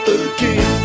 again